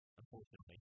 unfortunately